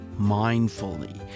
mindfully